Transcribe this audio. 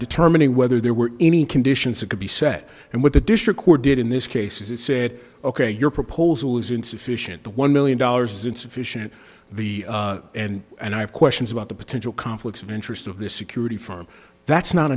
determining whether there were any conditions that could be said and what the district court did in this case as it said ok your proposal is insufficient the one million dollars insufficient the and and i have questions about the potential conflicts of interest of the security firm that's not